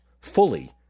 fully